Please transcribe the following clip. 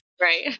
Right